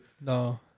no